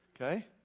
Okay